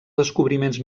descobriments